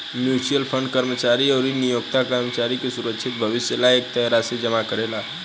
mutual fund कर्मचारी अउरी नियोक्ता कर्मचारी के सुरक्षित भविष्य ला एक तय राशि जमा करेला